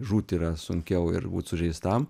žūti yra sunkiau ir būt sužeistam